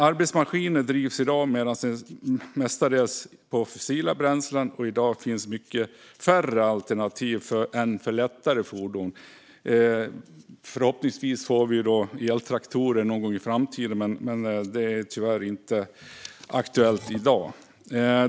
Arbetsmaskiner drivs i dag mestadels på fossila bränslen, och i dag finns det mycket färre alternativ för dem än för lättare fordon. Förhoppningsvis får vi eltraktorer någon gång i framtiden, men det är tyvärr inte aktuellt i dag.